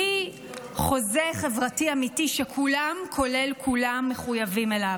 בלי חוזה חברתי אמיתי שכולם כולל כולם מחויבים אליו.